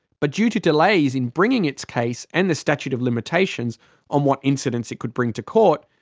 but due to delays in bringing its case, and the statute of limitations on what incidents it could bring to court,